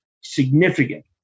significant